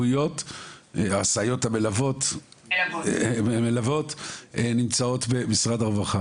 הסייעות המלוות נמצאות במשרד הרווחה.